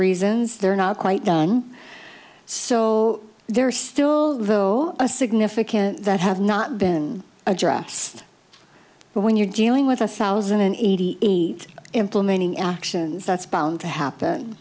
reasons they're not quite done so there are still though a significant that have not been addressed but when you're dealing with a thousand and eighty eight implementing actions that's bound to happen